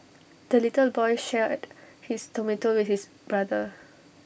the little boy shared his tomato with his brother